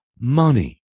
money